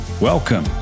Welcome